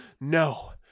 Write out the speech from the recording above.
No